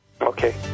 Okay